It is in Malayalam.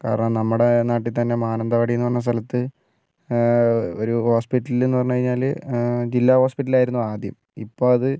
കാരണം നമ്മുടെ നാട്ടിൽത്തന്നെ മാനന്തവാടിയെന്നു പറഞ്ഞ സ്ഥലത്ത് ഒരു ഹോസ്പിറ്റലെന്നു പറഞ്ഞുകഴിഞ്ഞാൽ ജില്ലാ ഹോസ്പിറ്റലായിരുന്നു ആദ്യം ഇപ്പോൾ അത്